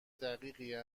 دقیق